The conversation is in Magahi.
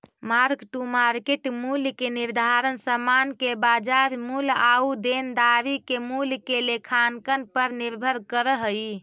मार्क टू मार्केट मूल्य के निर्धारण समान के बाजार मूल्य आउ देनदारी के मूल्य के लेखांकन पर निर्भर करऽ हई